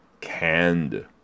Canned